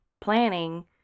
planning